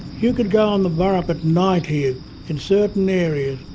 you could go on the burrup at night here in certain areas,